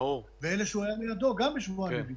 ואלה שהיו לידו גם שבועיים בבידוד?